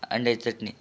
अंड्याची चटणी